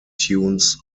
tunes